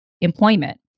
employment